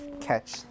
catch